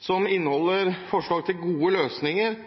løsninger som Fremskrittspartiet mener best kan realiseres med statlig finansiering av omsorgstjenestene – som